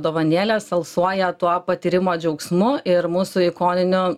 dovanėlės alsuoja tuo patyrimo džiaugsmu ir mūsų ikoniniu